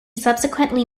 subsequently